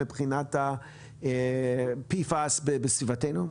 מבחינת ה-PFAS בסביבתנו?